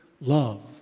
love